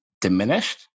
diminished